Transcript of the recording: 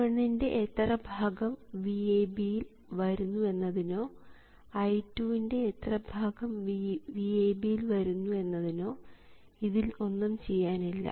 V1 ൻറെ എത്ര ഭാഗം VAB യിൽ വരുന്നു എന്നതിനോ I2 ൻറെ എത്ര ഭാഗം VAB യിൽ വരുന്നു എന്നതിനോ ഇതിൽ ഒന്നും ചെയ്യാനില്ല